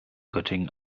göttingen